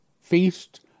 Feast